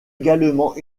également